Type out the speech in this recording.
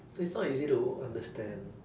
it's not easy to understand